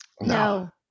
No